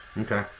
Okay